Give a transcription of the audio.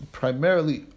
primarily